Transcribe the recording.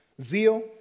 zeal